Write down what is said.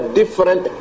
different